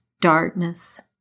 darkness